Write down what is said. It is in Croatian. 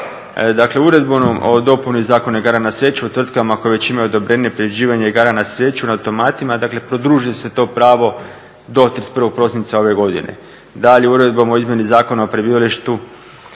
Dakle, Uredbom o dopuni Zakona o igrama na sreću, o tvrtkama koje već imaju odobrenje priređivanja igara na sreću na automatima dakle produžuje im se to pravo do 31. prosinca ove godine. Dalje, Uredbom o izmjeni Zakona o prebivalištu